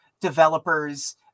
developers